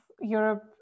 Europe